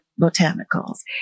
Botanicals